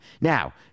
Now